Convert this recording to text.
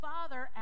Father